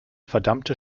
verdammte